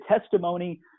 testimony